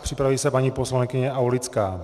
Připraví se paní poslankyně Aulická.